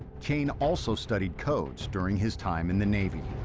kane also studied codes during his time in the navy.